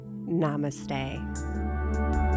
Namaste